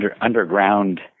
underground